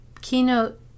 keynote